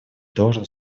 должен